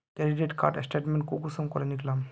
Credit card statement कुंसम करे निकलाम?